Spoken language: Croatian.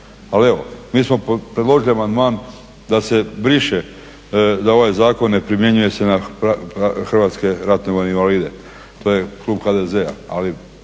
ali evo mi smo predložili amandman da se briše da ovaj zakon ne primjenjuje se na hrvatske ratne vojne invalide, to je klub HDZ-a,